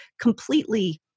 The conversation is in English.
completely